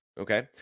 Okay